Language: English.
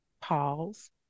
pause